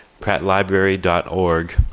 prattlibrary.org